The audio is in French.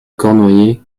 cornouaillais